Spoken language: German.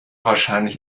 wahrscheinlich